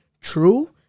true